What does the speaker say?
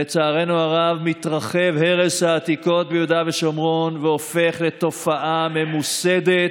לצערנו הרב מתרחב הרס העתיקות ביהודה ושומרון והופך לתופעה ממוסדת,